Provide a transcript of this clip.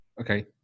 okay